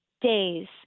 days